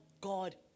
God